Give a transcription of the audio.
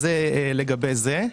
זה לגבי זה.